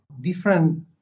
different